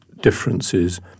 differences